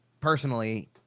personally